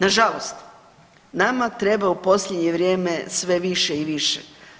Nažalost nama treba u posljednje vrijeme sve više i više.